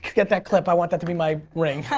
get that clip. i want that to be my ring.